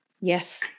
Yes